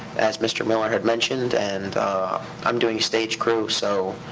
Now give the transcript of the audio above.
as mr. miller had mentioned, and i'm doing stage crew, so